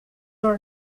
are